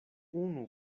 unu